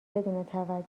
بدون